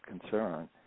concern